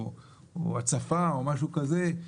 הצפה וכדומה,